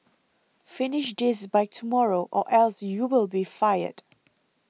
finish this by tomorrow or else you'll be fired